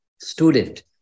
student